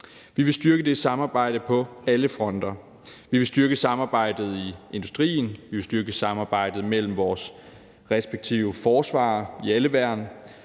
Vi vil styrke det samarbejde på alle fronter. Vi vil styrke samarbejdet i industrien, vi vil styrke samarbejdet mellem vores respektive forsvar i alle værn.